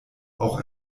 auch